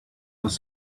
was